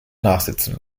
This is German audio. nachsitzen